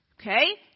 Okay